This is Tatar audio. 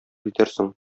җитәрсең